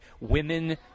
women